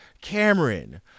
Cameron